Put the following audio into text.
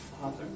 Father